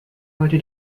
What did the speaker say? heute